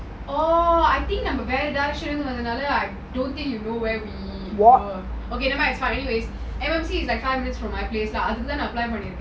oh I think நம்ம வேற ஏகாதசி இருந்து வந்தது நாலா:namma vera eathachi irunthu vanththu naala don't think you know where we were okay never mind it's fine anyway it's is like five minutes from my place lah then I apply for